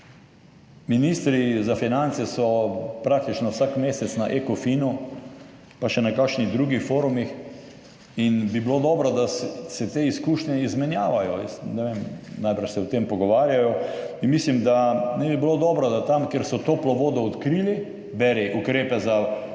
Ministri za finance so praktično vsak mesec na ECOFIN pa še na kakšnih drugih forumih in bi bilo dobro, da se te izkušnje izmenjavajo. Ne vem, najbrž se o tem pogovarjajo. In mislim, da ne bi bilo dobro, da bi jih od tam, kjer so toplo vodo odkrili, beri ukrepe za omejitev